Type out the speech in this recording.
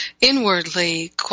inwardly